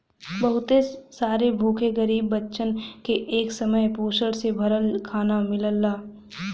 बहुत सारे भूखे गरीब बच्चन के एक समय पोषण से भरल खाना मिलला